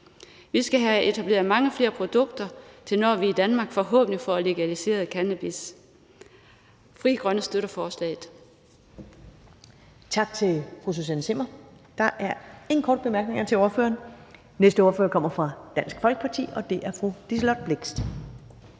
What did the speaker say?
Vi skal have etableret mange flere produkter, indtil vi i Danmark forhåbentlig får legaliseret cannabis. Frie Grønne støtter forslaget.